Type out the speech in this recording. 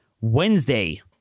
Wednesday